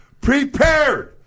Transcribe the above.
prepared